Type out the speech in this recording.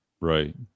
Right